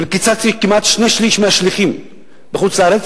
קיצצתי כמעט שני-שלישים מהשליחים בחוץ-לארץ,